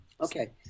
Okay